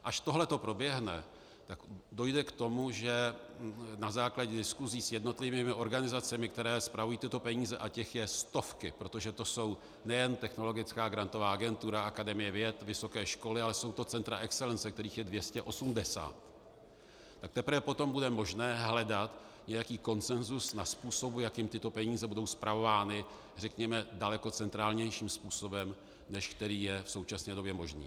Až tohle to proběhne, tak dojde k tomu, že na základě diskusí s jednotlivými organizacemi, které spravují tyto peníze, a těch jsou stovky, protože to je nejen Technologická a Grantová agentura, Akademie věd, vysoké školy, ale jsou to centra excelence, kterých je 280, tak teprve potom bude možné hledat nějaký konsenzus na způsobu, jakým tyto peníze budou spravovány, řekněme, daleko centrálnějším způsobem, než který je v současné době možný.